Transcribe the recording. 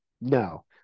no